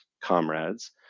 comrades